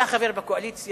אתה חבר בקואליציה,